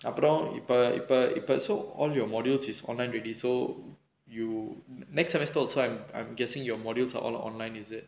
so it's like so all your modules is online already so you next semester so I'm I'm guessing your modules are all online is it